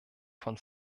von